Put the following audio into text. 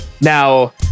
Now